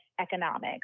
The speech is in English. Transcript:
economics